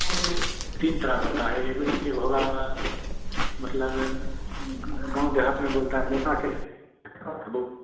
यह तीन तरह का होता है एगो एक होगा मतलब गाँव देहात में बोलते हैं मोटा केला